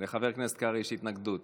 לחבר הכנסת יש התנגדות.